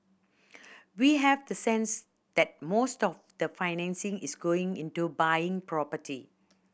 we have the sense that most of the financing is going into buying property